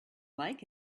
like